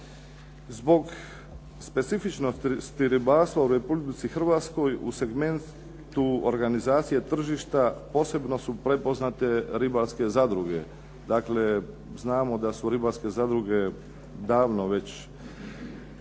Zbog specifičnosti ribarstva u Republici Hrvatskoj u segmentu organizacije tržišta posebno su prepoznate ribarske zadruge. Dakle znamo da su ribarske zadruge davno već